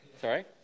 Sorry